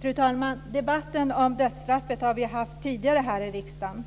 Fru talman! Debatten om dödsstraffet har vi haft tidigare här i riksdagen.